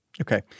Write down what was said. Okay